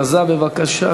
בבקשה.